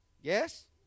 Yes